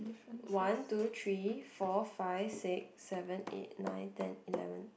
one two three four five six seven eight nine ten eleven